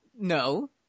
no